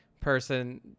person